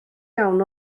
iawn